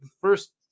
first